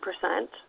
percent